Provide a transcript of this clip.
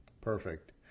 Perfect